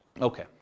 Okay